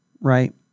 right